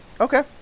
Okay